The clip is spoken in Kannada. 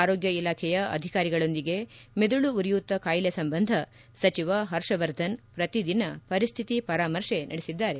ಆರೋಗ್ಯ ಇಲಾಖೆಯ ಅಧಿಕಾರಿಗಳೊಂದಿಗೆ ಮೆದುಳು ಉರಿಯೂತ ಖಾಯಿಲೆ ಸಂಬಂಧ ಸಚಿವ ಹರ್ಷವರ್ಧನ್ ಪ್ರತಿದಿನ ಪರಿಸ್ಟಿತಿ ಪರಾಮರ್ಶೆ ನಡೆಸಿದ್ದಾರೆ